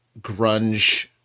grunge